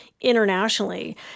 internationally